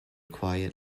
quiet